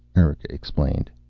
erika explained.